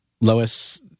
Lois